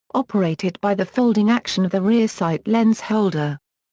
operated by the folding action of the rear sight lens holder.